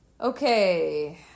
Okay